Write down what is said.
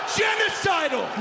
genocidal